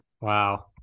wow